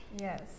Yes